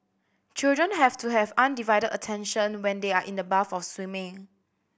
children have to have undivided attention when they are in the bath of swimming